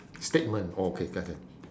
statement okay got it